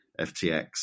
FTX